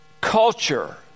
culture